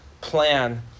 plan